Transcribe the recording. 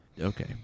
okay